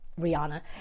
Rihanna